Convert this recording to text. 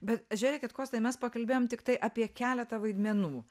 bet žiūrėkit kostai mes pakalbėjom tiktai apie keletą vaidmenų